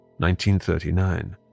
1939